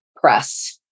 press